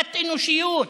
תת-אנושיות.